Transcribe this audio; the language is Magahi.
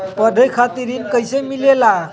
पढे खातीर ऋण कईसे मिले ला?